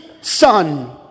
son